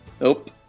Nope